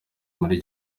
muri